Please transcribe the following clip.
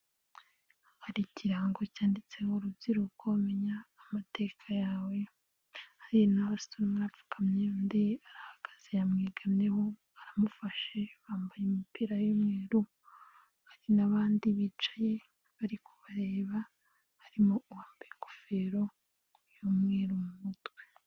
Hari ikirango cyanditseho urubyiruko menya amateka yawe hari abasore, umwe arapfukamye undi arahagaze yamwiyemo baramufashe bambaye imipira y'umweru hari n'abandi bicaye bari kubareba harimo uwambaye ingofero y'umweru mu mutwe.